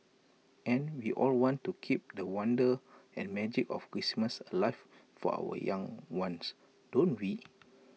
and we all want to keep the wonder and magic of Christmas alive for our young ones don't we